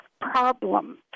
problems